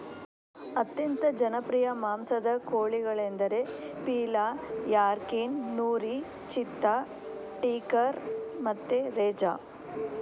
ಅತ್ಯಂತ ಜನಪ್ರಿಯ ಮಾಂಸದ ಕೋಳಿಗಳೆಂದರೆ ಪೀಲಾ, ಯಾರ್ಕಿನ್, ನೂರಿ, ಚಿತ್ತಾ, ಟೀಕರ್ ಮತ್ತೆ ರೆಜಾ